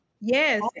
Yes